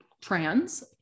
trans